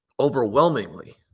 overwhelmingly